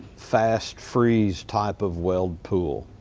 fast freeze type of weld pool.